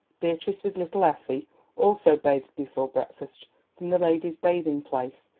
beatrice with little effie also bathed before breakfast from the ladies' bathing-place,